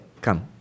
come